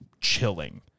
chilling